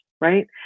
right